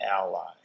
ally